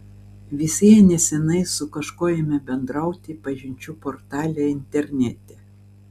visi jie neseniai su kažkuo ėmė bendrauti pažinčių portale internete